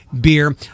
beer